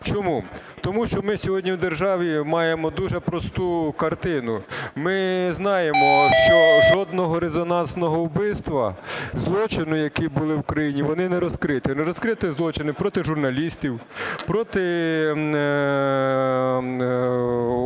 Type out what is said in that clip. Чому. Тому що ми сьогодні в державі маємо дуже просту картину. Ми знаємо, що жодного резонансного вбивства, злочину, які були в країні, вони нерозкриті. Не розкриті злочини проти журналістів, проти